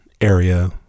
area